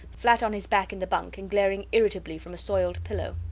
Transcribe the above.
flat on his back in the bunk, and glaring irritably from a soiled pillow.